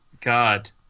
God